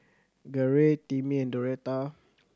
Garey Timmie and Doretta